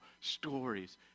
stories